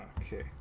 Okay